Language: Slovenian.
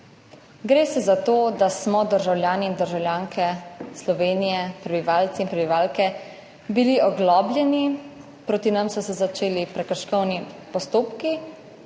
Gre za to, da smo bili državljani in državljanke Slovenije, prebivalci in prebivalke oglobljeni, proti nam so se začeli prekrškovni postopki